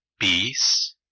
peace